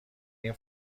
این